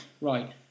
Right